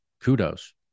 kudos